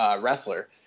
wrestler